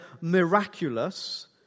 miraculous